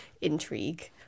intrigue